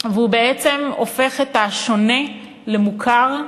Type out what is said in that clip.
והוא בעצם הופך את השונה למוכר.